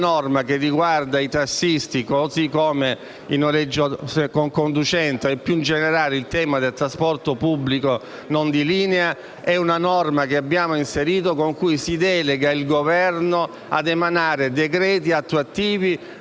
norma che riguarda i tassisti, così come il noleggio con conducente e, più in generale, il tema del trasporto pubblico non di linea, è una norma che abbiamo inserito con cui si delega il Governo ad emanare decreti attuativi